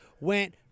went